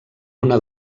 una